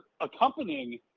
accompanying